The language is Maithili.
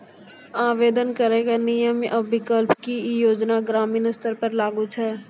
आवेदन करैक नियम आ विकल्प? की ई योजना ग्रामीण स्तर पर लागू छै?